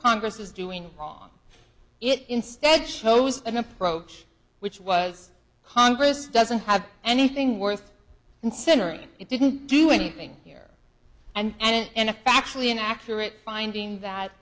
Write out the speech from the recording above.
congress is doing on it instead shows an approach which was congress doesn't have anything worth considering it didn't do anything here and a factually inaccurate finding that